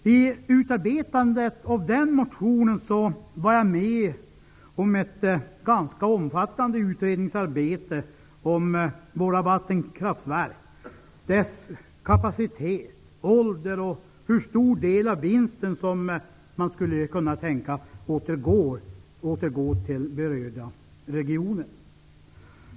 Vid utarbetandet av den motionen var jag med om ett ganska omfattande utredningsarbete om våra vattenkraftverk, deras kapacitet, ålder och hur stor del av vinsten som skulle kunna tänkas återgå till berörda regioner.